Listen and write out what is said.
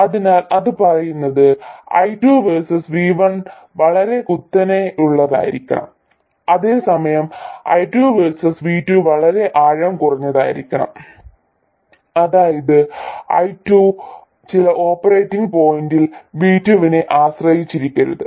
അതിനാൽ അത് പറയുന്നത് I2 വേഴ്സസ് V1 വളരെ കുത്തനെയുള്ളതായിരിക്കണം അതേസമയം I2 വേഴ്സസ് V2 വളരെ ആഴം കുറഞ്ഞതായിരിക്കണം അതായത് I2 ചില ഓപ്പറേറ്റിംഗ് പോയിന്റിൽ V2 നെ ആശ്രയിക്കരുത്